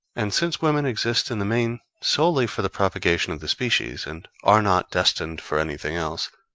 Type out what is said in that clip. and since women exist in the main solely for the propagation of the species, and are not destined for anything else,